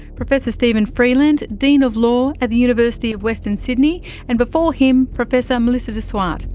professor steven freeland, dean of law at the university of western sydney and, before him, professor melissa de zwart,